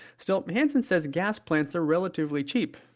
still, hansen says gas plants are relatively cheap.